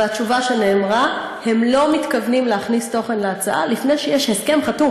והתשובה שנאמרה: הם לא מתכוונים להכניס תוכן להצעה לפני שיש הסכם חתום,